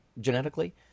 genetically